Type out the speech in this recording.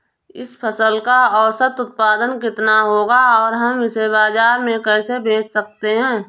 इस फसल का औसत उत्पादन कितना होगा और हम इसे बाजार में कैसे बेच सकते हैं?